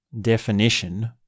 definition